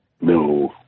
no